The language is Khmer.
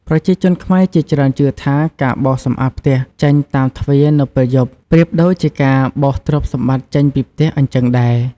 ប្រជាជនខ្មែរជាច្រើនជឿថា ការបោសសម្អាតផ្ទះចេញតាមទ្វារនៅពេលយប់ ប្រៀបដូចជាការបោសទ្រព្យសម្បត្តិចេញពីផ្ទះអញ្ចឹងដែរ។